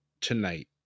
tonight